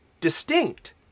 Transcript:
distinct